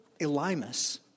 Elimus